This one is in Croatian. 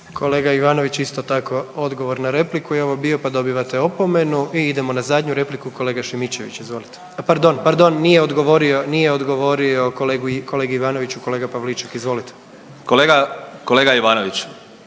Kolega Ivanović isto tako odgovor na repliku je ovo bio, pa dobivate opomenu. I idemo na zadnju repliku, kolega Šimičević izvolite. Pardon, pardon, nije odgovorio, nije odgovorio kolegi Ivanoviću, kolega Pavliček izvolite. **Pavliček,